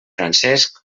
francesc